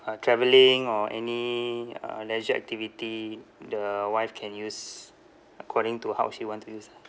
uh travelling or any uh leisure activity the wife can use according to how she want to use ah